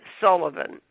Sullivan